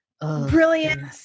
brilliant